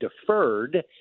deferred